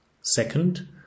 Second